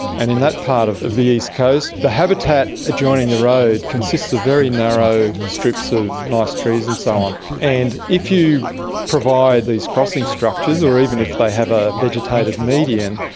and in that part of of the east coast the habitat adjoining the road consists of very narrow strips of nice trees and so on. and if you provide these crossing structures or even if they have a vegetated median,